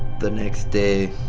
the next day,